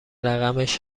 رقمش